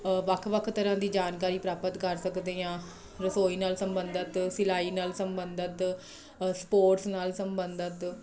ਵੱਖ ਵੱਖ ਤਰ੍ਹਾਂ ਦੀ ਜਾਣਕਾਰੀ ਪ੍ਰਾਪਤ ਕਰ ਸਕਦੇ ਹਾਂ ਰਸੋਈ ਨਾਲ ਸੰਬੰਧਿਤ ਸਿਲਾਈ ਨਾਲ ਸੰਬੰਧਿਤ ਸਪੋਰਟਸ ਨਾਲ ਸੰਬੰਧਿਤ